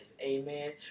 Amen